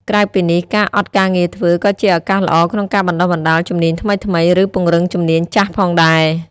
ក្រៅពីនេះ ការអត់ការងារធ្វើក៏ជាឱកាសល្អក្នុងការបណ្តុះបណ្តាលជំនាញថ្មីៗ ឬពង្រឹងជំនាញចាស់ផងដែរ។